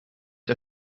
der